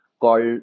called